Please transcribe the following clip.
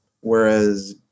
whereas